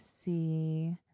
see